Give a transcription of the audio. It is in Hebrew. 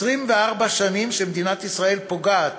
24 שנים שמדינת ישראל פגעה